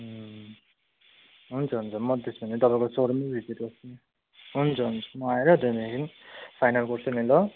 हुन्छ हुन्छ म त्यसो भने तपाईँको सोरूममै भिजिट गर्छु नि हुन्छ हुन्छ म आएर त्यहाँदेखि फाइनल गर्छु नि ल